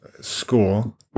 school